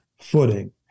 footing